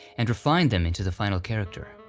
and refined them into the final character.